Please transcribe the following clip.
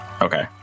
Okay